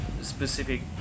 specific